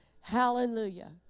Hallelujah